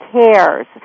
cares